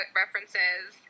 references